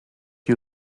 you